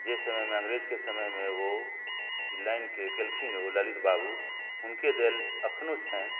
जे समयमे अंग्रेजके समयमे ओ लाइनके केलखिन ओ ललित बाबू हुनके देल अखनो छनि